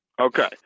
Okay